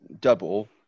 double